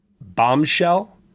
Bombshell